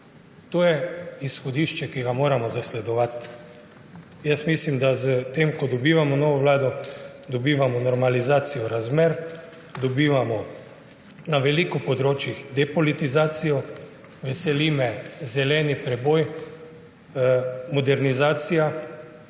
To je izhodišče, ki ga moramo zasledovati. Mislim, da s tem, ko dobivamo novo vlado, dobivamo normalizacijo razmer, dobivamo na veliko področjih depolitizacijo. Veseli me zeleni preboj, modernizacija,